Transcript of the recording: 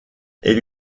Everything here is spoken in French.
ils